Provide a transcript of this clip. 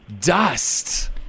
Dust